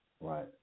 Right